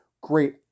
great